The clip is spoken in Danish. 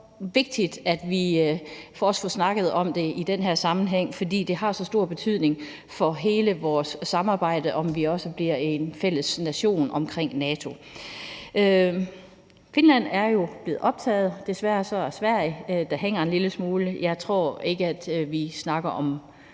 det er så vigtigt, at vi også får snakket om det i den her sammenhæng, fordi det har så stor betydning for hele vores samarbejde, i forhold til om vi også bliver en fælles nation omkring NATO. Finland er jo blevet optaget. Desværre hænger Sverige en lille smule bagefter. Jeg tror ikke, vi snakker om,